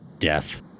death